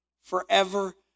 forever